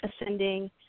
ascending